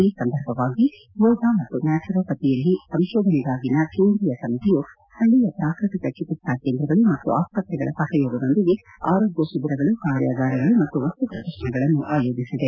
ಈ ಸಂದರ್ಭವಾಗಿ ಯೋಗ ಮತ್ತು ನ್ಟಾಚುರೋಪತಿಯಲ್ಲಿ ಸಂಶೋಧನೆಗಾಗಿನ ಕೇಂದ್ರೀಯ ಸಮಿತಿಯು ಸ್ವೀಯ ಪಾಕೃತಿಕ ಚಿಕಿತ್ತಾ ಕೇಂದ್ರಗಳು ಮತ್ತು ಆಸ್ಪತ್ತೆಗಳ ಸಪಯೋಗದೊಂದಿಗೆ ಆರೋಗ್ಯ ಶಿಬಿರಗಳು ಕಾರ್ಯಾಗಾರಗಳು ಮತ್ತು ವಸ್ತು ಪ್ರದರ್ಶನಗಳನ್ನು ಆಯೋಜಿಸಿದೆ